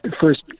first